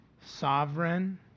sovereign